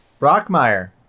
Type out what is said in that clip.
rockmeyer